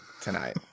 tonight